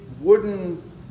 wooden